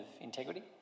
integrity